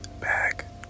Back